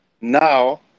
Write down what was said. now